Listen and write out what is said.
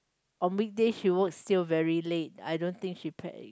on weekday she works till very late I don't think she